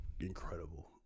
incredible